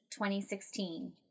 2016